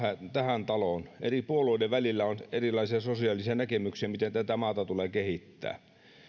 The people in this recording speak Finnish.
tähän taloon eri puolueiden välillä on erilaisia sosiaalisia näkemyksiä miten tätä maata tulee kehittää